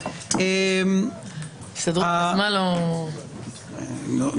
האם זו החברה הממשלתית או מה שקיים היום לרשות.